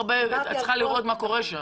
צריכה לראות מה קורה שם.